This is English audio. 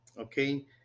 Okay